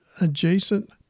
adjacent